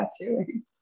tattooing